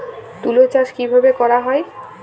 তুলো চাষ কিভাবে করা হয়?